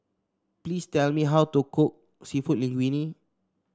please tell me how to cook seafood Linguine